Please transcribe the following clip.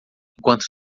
enquanto